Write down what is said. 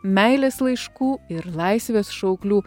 meilės laiškų ir laisvės šauklių